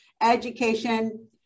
education